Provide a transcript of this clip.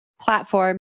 platform